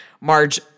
Marge